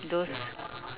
those